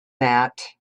that